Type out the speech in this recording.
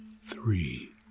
three